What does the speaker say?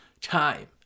time